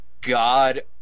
god